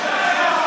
בושה.